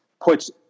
puts